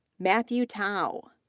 mathew tao,